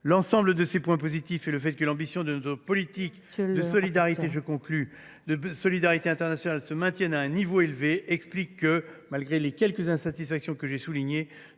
L’ensemble de ces points positifs et le fait que l’ambition de notre politique de solidarité internationale se maintienne à un niveau élevé en 2024 expliquent que, malgré les insatisfactions que j’ai soulignées,